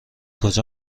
کجا